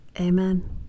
Amen